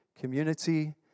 community